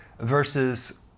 versus